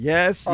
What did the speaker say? Yes